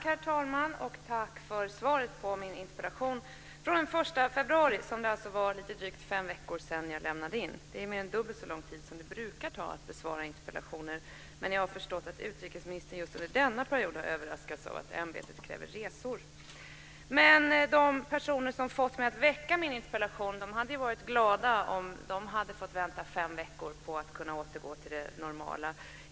Herr talman! Tack för svaret på min interpellation från den 1 februari, som det alltså var lite drygt fem veckor sedan jag lämnade in. Det är mer än dubbelt så lång tid som det brukar ta att besvara interpellationer, men jag har förstått att utrikesministern just under denna period har överraskats av att ämbetet kräver resor. De personer som fått mig att väcka min interpellation hade varit glada om de hade fått vänta fem veckor på att kunna återgå till det normala.